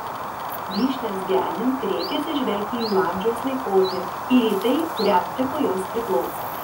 vyšnias genint reikia atsižvelgti į jų amžiaus laikotarpį ir į tai kuriam tipui jos priklauso